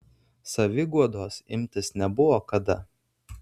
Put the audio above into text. saviguodos imtis nebuvo kada